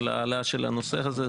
על ההעלאה של הנושא הזה.